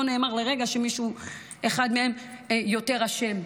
לא נאמר לרגע שמישהו אחד מהם יותר אשם,